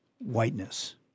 whiteness